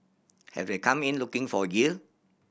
have they come in looking for yield